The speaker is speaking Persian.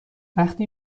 وقتی